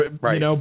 right